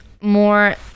more